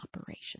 operation